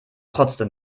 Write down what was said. trotzdem